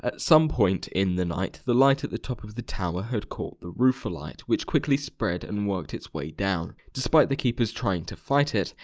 some point in the night the light at the top of the tower had caught the roof alight, which quickly spread and worked its way down. despite the keepers trying to fight it,